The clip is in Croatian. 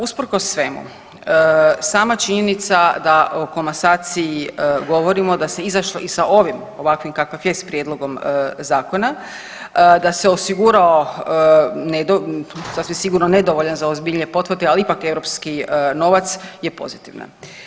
Usprkos svemu sama činjenica da o komasaciji govorimo da se izašlo i sa ovim, ovakvim kakav jest prijedlogom zakona, da se osiguralo sasvim sigurno nedovoljan za ozbiljnije potvrde, ali ipak europski novac je pozitivna.